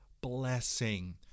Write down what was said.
blessing